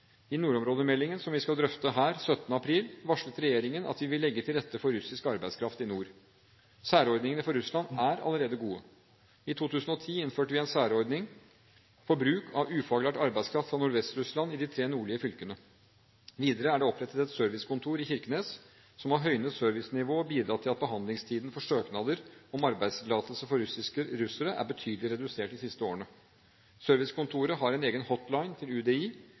I nordområdemeldingen, som vi skal drøfte her 17. april, varslet regjeringen at vi vil legge til rette for russisk arbeidskraft i nord. Særordningene for Russland er allerede gode. I 2010 innførte vi en særordning for bruk av ufaglært arbeidskraft fra Nordvest-Russland i de tre nordligste fylkene. Videre er det opprettet et servicekontor i Kirkenes, som har høynet servicenivået og bidratt til at behandlingstiden for søknader om arbeidstillatelser for russere er betydelig redusert de siste årene. Servicekontoret har en egen «hotline» til UDI,